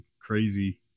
crazy